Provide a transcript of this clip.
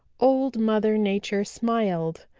old mother nature smiled.